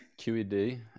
QED